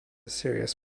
serious